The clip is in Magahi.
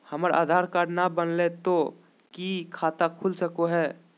हमर आधार कार्ड न बनलै तो तो की खाता खुल सको है?